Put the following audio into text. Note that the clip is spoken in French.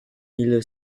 mille